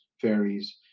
fairies